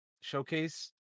showcase